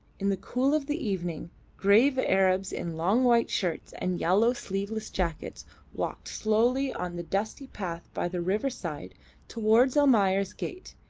in the cool of the evening grave arabs in long white shirts and yellow sleeveless jackets walked slowly on the dusty path by the riverside towards almayer's gate,